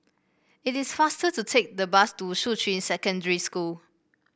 it is faster to take the bus to Shuqun Secondary School